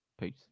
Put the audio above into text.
Peace